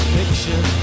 picture